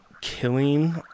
killing